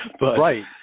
Right